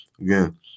again